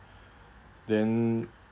then